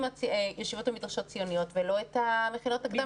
הישיבות והמדרשות הציוניות ולא את המכינות הקדם צבאיות.